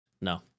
No